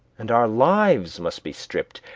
and our lives must be stripped,